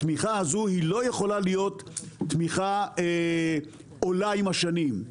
התמיכה הזו לא יכולה להיות תמיכה עולה עם השנים,